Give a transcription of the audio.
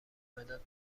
مداد